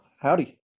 Howdy